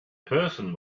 person